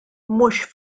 mhux